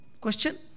Question